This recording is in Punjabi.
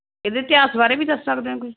ਇਹਦੇ ਇਤਿਹਾਸ ਬਾਰੇ ਵੀ ਦੱਸ ਸਕਦੇ ਹੋ ਕੋਈ